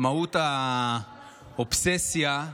חברת הכנסת אורנה ברביבאי,